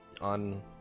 on